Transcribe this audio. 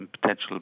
potential